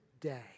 day